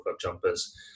jumpers